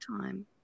time